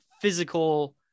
physical